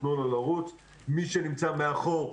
תנו לו לרוץ; מי שנמצא מאחור,